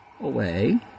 away